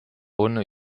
ohne